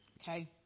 Okay